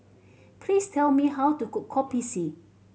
please tell me how to cook Kopi C